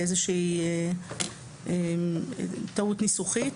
זוהי טעות ניסוחית,